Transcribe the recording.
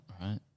right